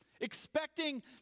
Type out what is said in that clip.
Expecting